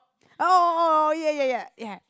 oh ya ya ya ya